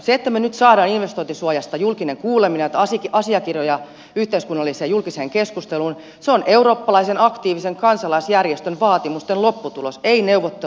se että me nyt saamme investointisuojasta julkisen kuulemisen ja asiakirjoja yhteiskunnalliseen julkiseen keskusteluun on eurooppalaisen aktiivisen kansalaisjärjestön vaatimusten lopputulos ei neuvottelijoiden halu